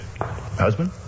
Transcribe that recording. Husband